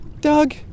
Doug